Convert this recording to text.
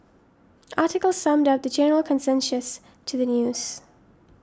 article summed up the general consensus to the news